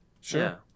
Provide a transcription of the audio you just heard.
Sure